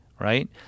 Right